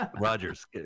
Rogers